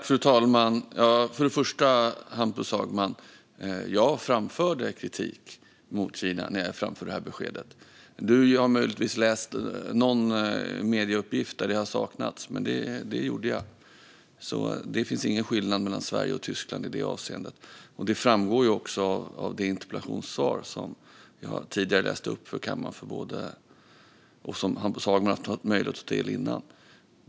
Fru talman! Först vänder jag mig till Hampus Hagman. Jag framförde kritik mot Kina när jag framförde detta besked. Du har möjligtvis läst någon medieuppgift där det har saknats, men det gjorde jag. Det finns ingen skillnad mellan Sverige och Tyskland i det avseendet. Det framgår också av det interpellationssvar som jag tidigare läste upp för kammaren och som Hampus Hagman har haft möjlighet att ta del av innan.